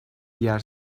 yer